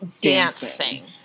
dancing